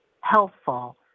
helpful